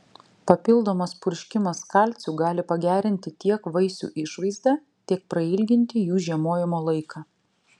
papildomas purškimas kalciu gali pagerinti tiek vaisių išvaizdą tiek prailginti jų žiemojimo laiką